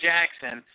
Jackson